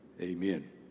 Amen